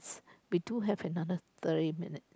we two have another thirty minutes